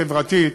חברתית.